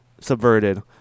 subverted